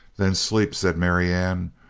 then sleep, said marianne,